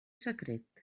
secret